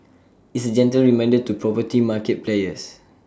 it's A gentle reminder to poverty market players